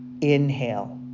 Inhale